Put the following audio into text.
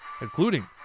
including